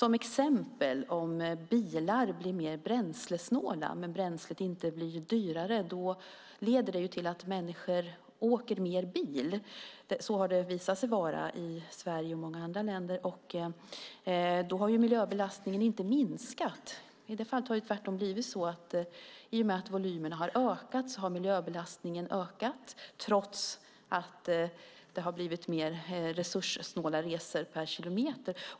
Om till exempel bilar blir mer bränslesnåla men om bränslet inte blir dyrare leder det till att människor åker mer bil. Så har det visat sig vara i Sverige och i många andra länder. Då har miljöbelastningen inte minskat. I det fallet har det tvärtom blivit så att i och med att volymerna har ökat har miljöbelastningen ökat trots att det har blivit mer resurssnåla resor per kilometer.